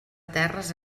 terres